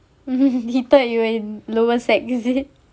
he thought you were in lower sec is it